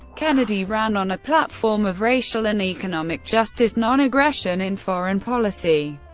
kennedy ran on a platform of racial and economic justice, non-aggression in foreign policy,